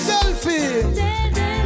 Selfie